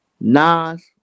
Nas